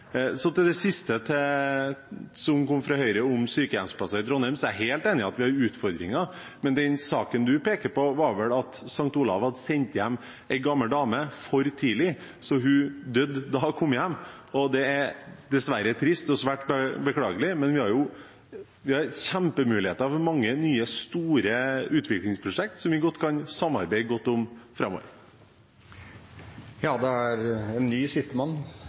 Så til det siste, som kom fra Høyre, om sykehjemsplasser i Trondheim. Jeg er helt enig i at vi har utfordringer, men den saken representanten peker på, er vel at St. Olavs Hospital hadde sendt hjem en gammel dame for tidlig, slik at hun døde da hun kom hjem. Det er trist og svært beklagelig, men vi har kjempemuligheter for mange nye, store utviklingsprosjekter som vi kan samarbeide godt om framover. Representanten Harald T. Nesvik har hatt ordet to ganger tidligere og får ordet til en kort merknad, begrenset til 1 minutt. Da er